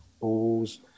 balls